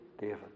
David